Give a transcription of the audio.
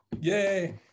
Yay